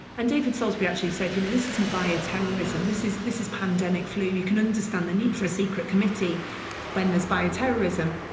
and david salisbury actually said, you know, this isn't bio-terrorism, this is this is pandemic flu. you can understand the need for a secret committee when there's bio-terrorism,